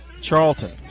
Charlton